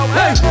hey